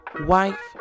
wife